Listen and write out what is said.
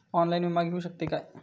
Online विमा घेऊ शकतय का?